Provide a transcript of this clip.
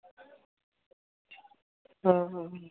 हां हां